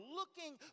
looking